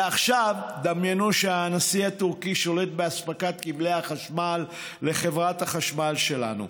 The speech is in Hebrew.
ועכשיו דמיינו שהנשיא הטורקי שולט באספקת כבלי החשמל לחברת החשמל שלנו.